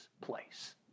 place